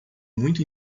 muito